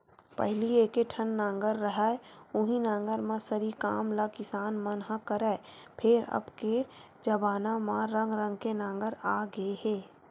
पहिली एके ठन नांगर रहय उहीं नांगर म सरी काम ल किसान मन ह करय, फेर अब के जबाना म रंग रंग के नांगर आ गे हे